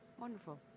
Wonderful